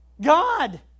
God